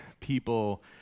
people